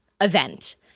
event